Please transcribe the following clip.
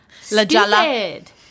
stupid